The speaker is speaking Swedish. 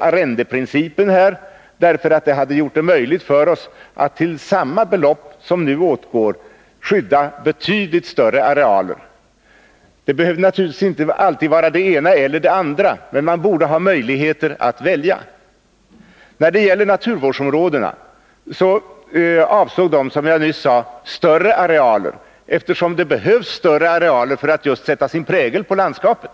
arrendeprincipen. Den hade gjort det möjligt för oss att till samma belopp som nu utgår skydda betydligt större arealer. Det behöver naturligtvis inte alltid vara det ena eller det andra, men man borde ha möjligheter att välja. När det gäller naturvårdsområdena avsåg de, som jag nyss sade, större arealer, eftersom det behövs sådana för att sätta prägel på landskapet.